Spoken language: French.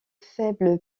faible